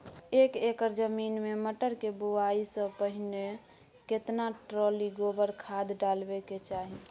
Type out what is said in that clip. एक एकर जमीन में मटर के बुआई स पहिले केतना ट्रॉली गोबर खाद डालबै के चाही?